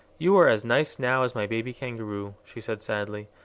you are as nice now as my baby kangaroo, she said sadly,